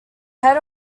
head